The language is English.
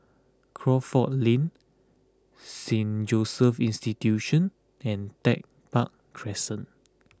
Crawford Lane Saint Joseph's Institution and Tech Park Crescent